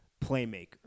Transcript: playmaker